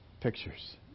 pictures